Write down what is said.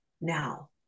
Now